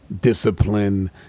discipline